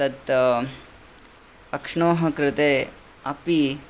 तत् अक्ष्णोः कृते अपि